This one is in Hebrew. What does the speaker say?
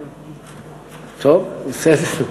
בסדר,